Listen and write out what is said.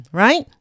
right